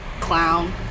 Clown